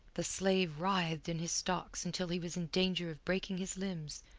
the slave writhed in his stocks until he was in danger of breaking his limbs,